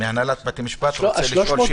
מהנהלת בית המשפט רוצה לשאול שאלה.